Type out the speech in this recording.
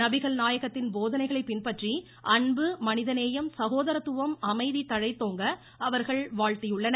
நபிகள் நாயகத்தின் போதனைகளை பின்பற்றி அன்பு மனிதநேயம் சகோதரத்துவம் அமைதி தழைத்தோங்க அவர்கள் வாழ்த்தியுள்ளனர்